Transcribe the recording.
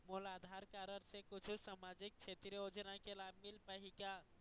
मोला आधार कारड से कुछू सामाजिक क्षेत्रीय योजना के लाभ मिल पाही का?